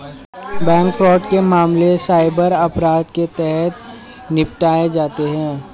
bank fraud के मामले cyber अपराध के तहत निपटाए जाते हैं